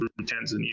Tanzania